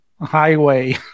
highway